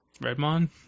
Redmon